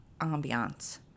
ambiance